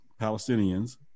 Palestinians